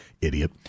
idiot